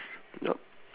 nope